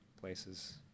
places